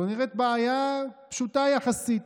זו נראית בעיה פשוטה יחסית.